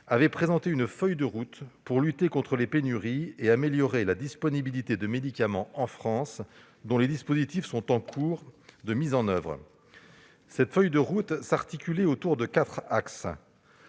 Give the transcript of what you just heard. avait-elle présenté une feuille de route pour lutter contre les pénuries et améliorer la disponibilité des médicaments en France, dont les dispositifs sont en cours de mise en oeuvre. Cette feuille de route s'articulait autour de quatre axes